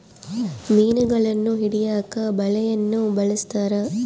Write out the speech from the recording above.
ಮೀನುಗಳನ್ನು ಹಿಡಿಯಕ ಬಲೆಯನ್ನು ಬಲಸ್ಥರ